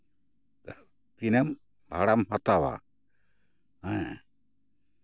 ᱛᱤᱱᱟᱹᱜ ᱵᱷᱟᱲᱟᱢ ᱦᱟᱛᱟᱣᱟ ᱦᱮᱸ